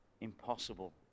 impossible